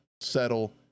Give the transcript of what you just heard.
settle